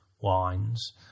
wines